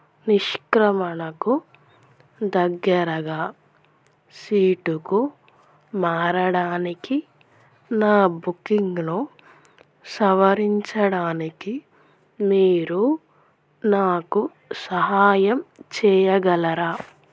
నిష్క్రమణకు దగ్గరగా సీటుకు మారడానికి నా బుకింగ్ను సవరించడానికి మీరు నాకు సహాయం చెయ్యగలరా న